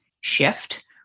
shift